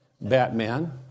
Batman